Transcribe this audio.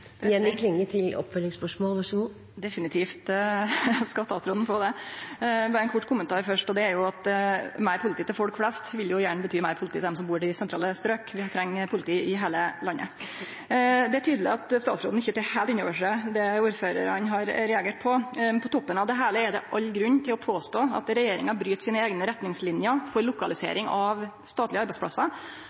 Definitivt skal statsråden få det. Berre ein kort kommentar først. Meir politi til folk flest vil jo gjerne bety meir politi til dei som bur i sentrale strøk. Vi treng politi i heile landet. Det er tydeleg at statsråden ikkje tek heilt innover seg det ordførarane har reagert på. På toppen av det heile er det all grunn til å påstå at regjeringa bryt sine eigne retningslinjer for lokalisering av statlege arbeidsplassar